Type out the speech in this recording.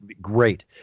great